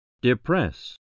Depress